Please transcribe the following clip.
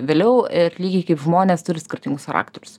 vėliau ir lygiai kaip žmonės turi skirtingus charakterius